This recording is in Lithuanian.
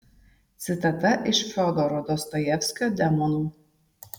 citata iš fiodoro dostojevskio demonų